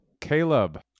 caleb